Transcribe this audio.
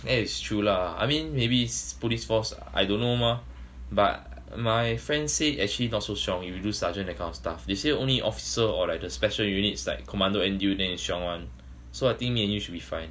that is true lah I mean maybe police force I don't know mah but my friend say actually not so strong if you do sergeant that kind of stuff they say only officer or like the special units like commando N_D_U then is chiong [one] so I think navy should be fine